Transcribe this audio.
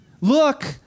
Look